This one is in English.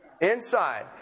Inside